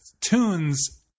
tunes